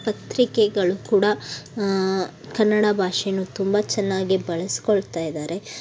ಪತ್ರಿಕೆಗಳು ಕೂಡ ಕನ್ನಡ ಭಾಷೆನೂ ತುಂಬ ಚೆನ್ನಾಗಿ ಬಳಸ್ಕೊಳ್ತ ಇದ್ದಾರೆ